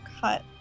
cut